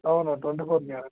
అవును twenty four carrot